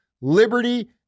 liberty